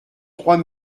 trois